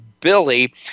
Billy